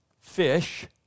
fish